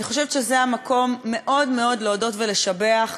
אני חושבת שזה המקום מאוד מאוד להודות ולשבח,